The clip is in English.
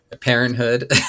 parenthood